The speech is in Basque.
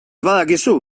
badakizu